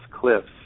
cliffs